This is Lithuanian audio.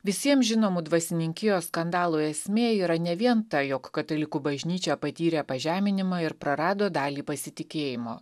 visiems žinomu dvasininkijos skandalo esmė yra ne vien ta jog katalikų bažnyčia patyrė pažeminimą ir prarado dalį pasitikėjimo